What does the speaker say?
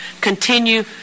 continue